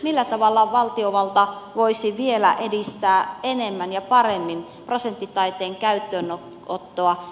millä tavalla valtiovalta voisi edistää vielä enemmän ja paremmin prosenttitaiteen käyttöönottoa